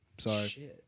Sorry